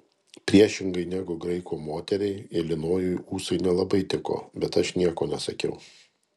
priešingai negu graiko moteriai ilinojui ūsai nelabai tiko bet aš nieko nesakiau